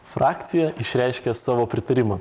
frakcija išreiškė savo pritarimą